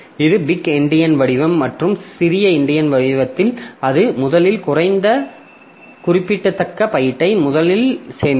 இது big endian வடிவம் மற்றும் ஒரு சிறிய எண்டியன் வடிவத்தில் அது முதலில் குறைந்த குறிப்பிடத்தக்க பைட்டை முதலில் சேமிக்கும்